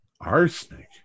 Arsenic